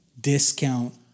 discount